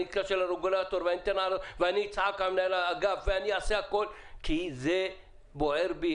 אתקשר לרגולטור ואני אצעק על מנהל האגף ואני אעשה הכל כי זה בוער בי,